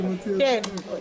אתה עושה מופע יחיד.